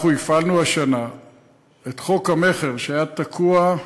אנחנו הפעלנו השנה את חוק המכר שהיה תקוע,